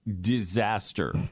disaster